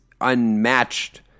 unmatched